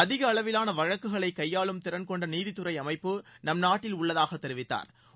அதிக அளவிவாள வழக்குகளை கையாளும் திறன் கொண்ட நீதித்துறை அமைப்பு நம் நாட்டில் உள்ளதாக தெரிவித்தாா்